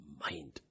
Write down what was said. mind